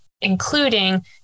including